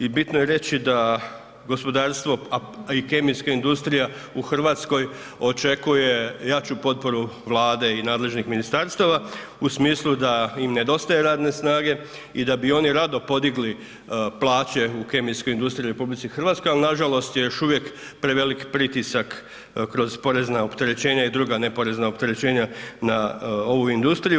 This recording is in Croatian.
I bitno je reći da gospodarstvo, a i kemijska industrija u Hrvatskoj očekuje jaču potporu Vlade i nadležnih ministarstava u smislu da im nedostaje radne snage i da bi oni rado podigli plaće u kemijskoj industriji u RH, ali nažalost je još uvijek prevelik pritisak kroz porezna opterećenja i druga neporezna opterećenja na ovu industriju.